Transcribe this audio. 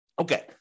Okay